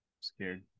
scared